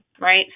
right